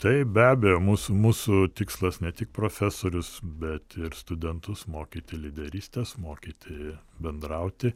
taip be abejo mūsų mūsų tikslas ne tik profesorius bet ir studentus mokyti lyderystės mokyti bendrauti